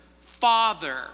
Father